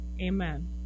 Amen